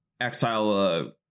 exile